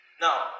Now